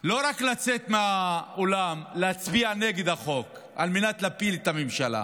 לא רק לצאת מהאולם אלא להצביע נגד החוק על מנת להפיל את הממשלה.